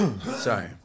sorry